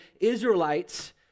Israelites